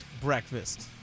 breakfast